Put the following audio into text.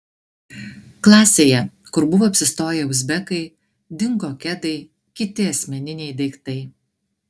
klasėje kur buvo apsistoję uzbekai dingo kedai kiti asmeniniai daiktai